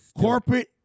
Corporate